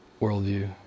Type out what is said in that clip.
worldview